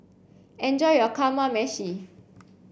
enjoy your Kamameshi